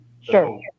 sure